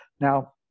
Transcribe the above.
Now